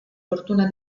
fortuna